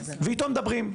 ואיתם מדברים.